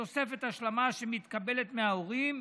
בתוספת השלמה שהיא מקבלת מההורים.